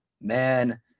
man